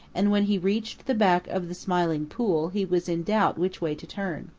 and when he reached the back of the smiling pool he was in doubt which way to turn.